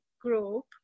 group